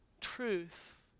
truth